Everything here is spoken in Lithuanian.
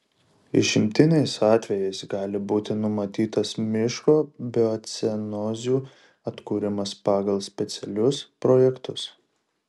išimtiniais atvejais gali būti numatytas miško biocenozių atkūrimas pagal specialius projektus